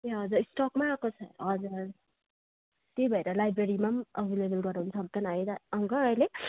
ए हजुर स्टकमा आएको छैन हजुर हजुर त्यही भएर लाइब्रेरीमा एभाइलेभल गराउन सक्दैन है अङ्कल अहिले